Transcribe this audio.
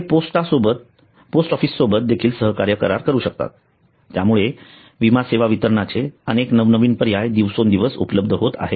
ते post office सोबत देखील सहकार्य करार करू शकतात त्यामुळे विमा सेवा वितरणाचे अनेक नवनवीन पर्याय दिवसेंदिवस उपलब्ध होत आहेत